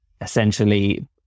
essentially